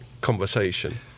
conversation